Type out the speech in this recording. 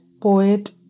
poet